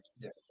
yes